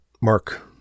mark